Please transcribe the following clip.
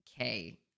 okay